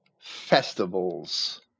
festivals